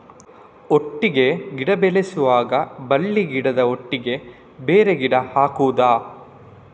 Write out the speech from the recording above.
ಒಟ್ಟಿಗೆ ಗಿಡ ಬೆಳೆಸುವಾಗ ಬಳ್ಳಿ ಗಿಡದ ಒಟ್ಟಿಗೆ ಬೇರೆ ಗಿಡ ಹಾಕುದ?